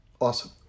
awesome